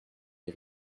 les